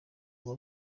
uba